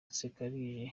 nsekarije